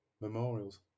memorials